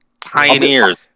Pioneers